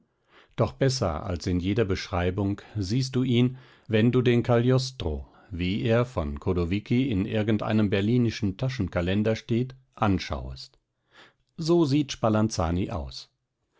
doch besser als in jeder beschreibung siehst du ihn wenn du den cagliostro wie er von chodowiecki in irgend einem berlinischen taschenkalender steht anschauest so sieht spalanzani aus